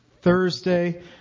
Thursday